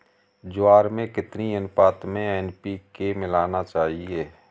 ज्वार में कितनी अनुपात में एन.पी.के मिलाना चाहिए?